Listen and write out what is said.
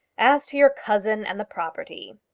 as to your cousin and the property.